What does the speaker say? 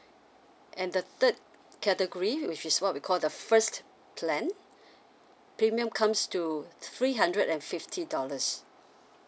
and the third category which is what we call the first plan premium comes to three hundred and fifty dollars